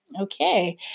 Okay